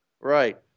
Right